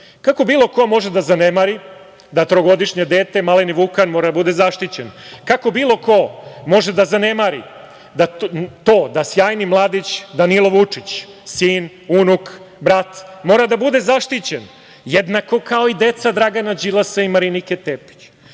bilo ko može da zanemari da trogodišnje dete, malini Vukan, mora da bude zaštićen? Kako bilo ko može da zanemari to da sjajni mladić Danilo Vučić, sin, unuk, brat, mora da bude zaštićen jednako kao i deca Dragana Đilasa i Marinike Tepić?